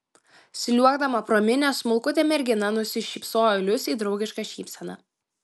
sliuogdama pro minią smulkutė mergina nusišypsojo liusei draugiška šypsena